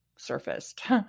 surfaced